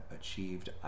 achieved